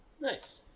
Nice